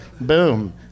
Boom